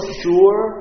sure